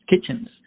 kitchens